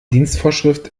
dienstvorschrift